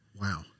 Wow